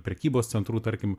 prekybos centrų tarkim